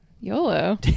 YOLO